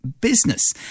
business